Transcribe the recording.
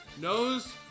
Nose